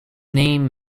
name